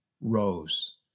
rose